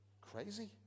Crazy